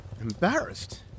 Embarrassed